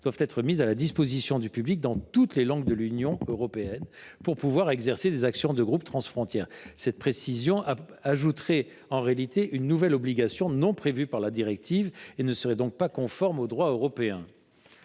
doivent être mises à disposition du public dans toutes les langues de l’Union européenne pour pouvoir exercer des actions de groupe transfrontières. Une telle précision ajouterait une nouvelle obligation non prévue par la directive et ne serait donc pas conforme au droit européen.